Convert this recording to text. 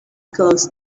close